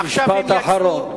משפט אחרון.